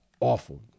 awful